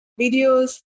videos